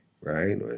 right